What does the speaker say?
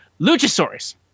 Luchasaurus